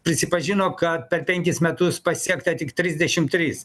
prisipažino kad per penkis metus pasiekta tik trisdešimt trys